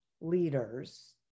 leaders